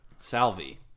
Salvi